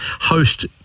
host